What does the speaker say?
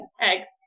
Eggs